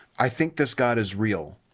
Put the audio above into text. i think this god is real,